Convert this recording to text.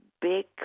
big